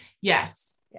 Yes